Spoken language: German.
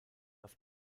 auf